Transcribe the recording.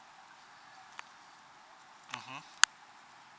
mmhmm